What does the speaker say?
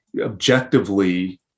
objectively